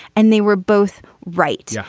and they were both right. yeah